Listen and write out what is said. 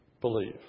believe